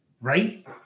right